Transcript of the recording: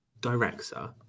director